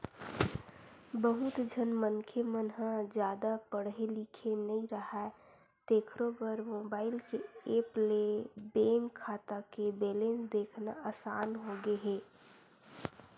बहुत झन मनखे मन ह जादा पड़हे लिखे नइ राहय तेखरो बर मोबईल के ऐप ले बेंक खाता के बेलेंस देखना असान होगे हे